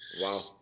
Wow